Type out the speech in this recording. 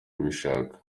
kubishaka